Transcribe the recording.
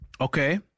Okay